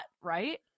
right